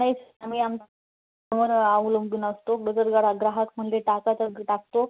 नाही सर आम्ही आम वर अवलंबून असतो बदल जरा ग्राहक म्हणले टाका तर टाकतो